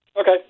Okay